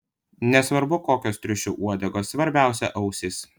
nesvarbu kokios triušių uodegos svarbiausia ausys